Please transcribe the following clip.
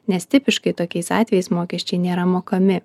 nes tipiškai tokiais atvejais mokesčiai nėra mokami